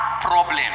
problem